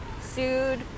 sued